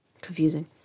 confusing